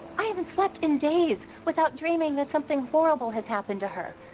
i haven't slept in days without dreaming that something horrible has happened to her.